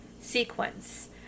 sequence